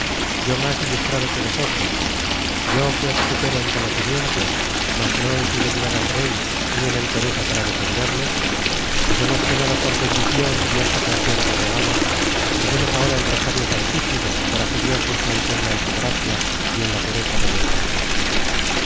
yo más ilustrado que vosotros yo que os supero en conocimientos mas no en fidelidad al rey ni en entereza para defenderle pues hemos cenado con bendición y hasta con cierto regalo recemos ahora el rosario santísimo para que dios nos mantenga en su gracia y en la pureza de nuestra fe